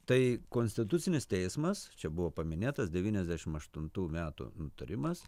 tai konstitucinis teismas čia buvo paminėtas devyniasdešim aštuntų metų nutarimas